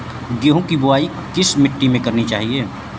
गेहूँ की बुवाई किस मिट्टी में करनी चाहिए?